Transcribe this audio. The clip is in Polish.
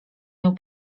nią